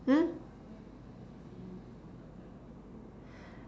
hmm